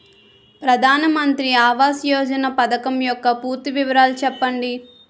ప్రధాన మంత్రి ఆవాస్ యోజన పథకం యెక్క పూర్తి వివరాలు చెప్పండి?